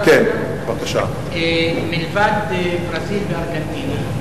מלבד ארגנטינה,